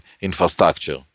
infrastructure